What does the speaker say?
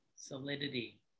solidity